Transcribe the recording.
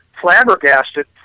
flabbergasted